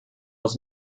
was